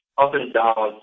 up-and-down